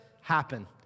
happen